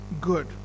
good